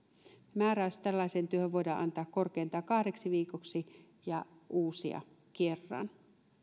määräys tällaiseen työhön voidaan antaa korkeintaan kahdeksi viikoksi ja uusia kerran